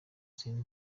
zindi